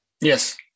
Yes